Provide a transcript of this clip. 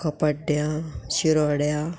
कोपाड्ड्यां शिरोड्या